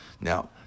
Now